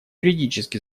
юридически